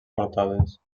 portades